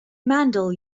mandal